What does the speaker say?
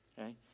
okay